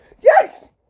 Yes